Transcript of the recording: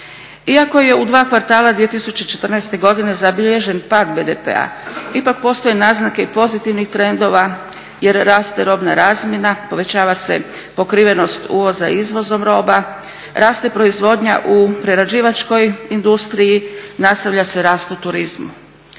Iako je u dva kvartala 2014.godine zabilježen pad BDP-a ipak postoje naznake i pozitivnih trendova jer raste robna razmjena, povećava se pokrivenost uvoza izvozom roba, raste proizvodnja u prerađivačkoj industriji, nastavlja se rast u turizmu.